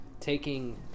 taking